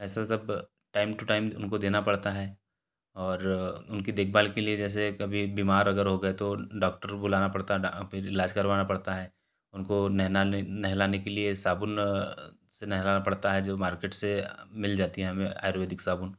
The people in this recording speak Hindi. ऐसे सब टाइम टू टाइम उनको देना पड़ता है और उनकी देखभाल के लिए जैसे कभी बीमार अगर हो गए तो डॉक्टर भी बुलाना पड़ता है फिर इलाज करवाना पड़ता है उनको नहनाने नहलाने के लिए साबुन से नहलाना पड़ता है जो मार्केट से मिल जाता है हमें आयुर्वेदिक साबुन